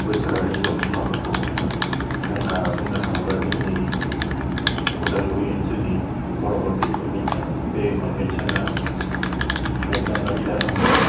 बोसोरारि जुथुम्माफोरखौ खुङो जोंहा बुंनो थाङोब्ला जोंनि उदालगुरि ओनसोलनि बर' बापटिस कान्भेनशन बे कन्भेनशना थांनाय जानुवारि दानावनो